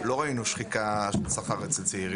לא ראינו שחיקה של שכר אצל צעירים.